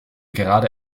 gerade